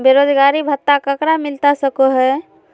बेरोजगारी भत्ता ककरा मिलता सको है?